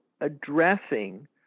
addressing